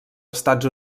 estats